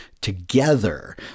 together